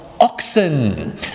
oxen